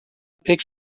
pek